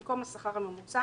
במקום השכר הממוצע